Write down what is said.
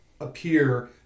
appear